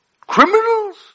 Criminals